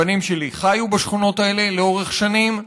הבנים שלי חיו בשכונות האלה לאורך שנים.